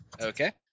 Okay